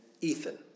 Ethan